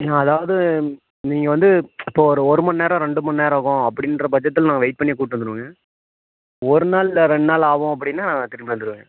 நீங்கள் அதாவது நீங்கள் வந்து இப்போ ஒரு ஒரு மணி நேரம் ரெண்டு மணி நேரம் ஆகும் அப்படின்ற பட்சத்துல நாங்கள் வெயிட் பண்ணியே கூட்டிடு வந்துடுவோங்க ஒரு நாள் இல்லை ரெண்டு நாள் ஆகும் அப்படின்னா திரும்பி வந்துடுவேங்க